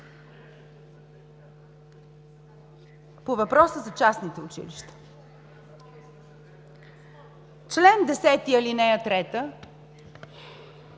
По въпроса за частните училища. Член 10, ал. 3,